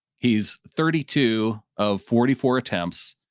he's thirty two of forty four attempts,